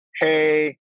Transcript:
Hey